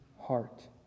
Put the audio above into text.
heart